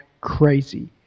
crazy